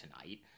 tonight